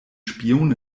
spion